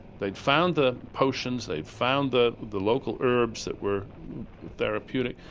they'd found the potions, they'd found the the local herbs that were therapeutic,